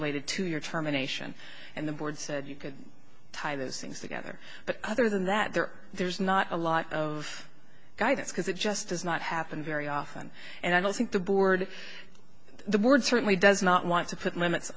related to your terminations and the board said you could tie those things together but other than that there there's not a lot of guy that's because it just does not happen very often and i don't think the board the board certainly does not want to put